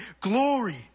glory